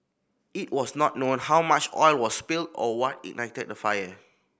it was not known how much oil was spilled or what ignited the fire